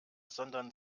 sondern